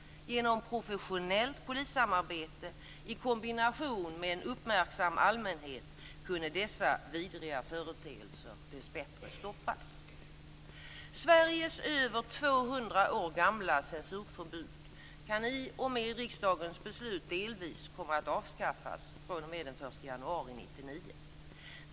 Genom professionellt polissamarbete i kombination med en uppmärksam allmänhet kunde dessa vidriga företeelser dessbättre stoppas. Sveriges över 200 år gamla censurförbud kan i och med riksdagens beslut delvis komma att avskaffas fr.o.m. den 1 januari 1999.